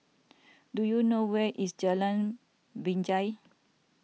do you know where is Jalan Binjai